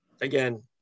again